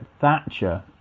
Thatcher